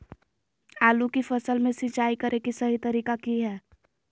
आलू की फसल में सिंचाई करें कि सही तरीका की हय?